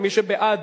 מי שבעד,